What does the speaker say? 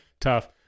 tough